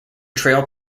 trail